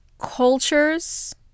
cultures